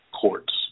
courts